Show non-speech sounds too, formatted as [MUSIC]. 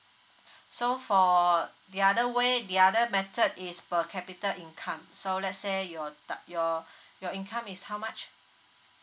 so for the other way the other method is per capita income so let's say your [NOISE] your your income is how much